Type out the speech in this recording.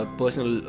personal